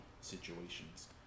situations